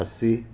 असी